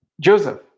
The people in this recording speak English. Joseph